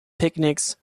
picnics